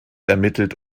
ermittelt